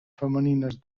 femenines